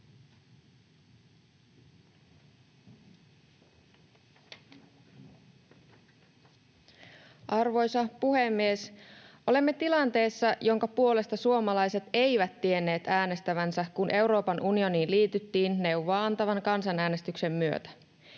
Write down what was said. Arvoisa puhemies! Olemme tilanteessa, jonka puolesta suomalaiset eivät tienneet äänestävänsä, kun Euroopan unioniin liityttiin neuvoa-antavan kansanäänestyksen myötä.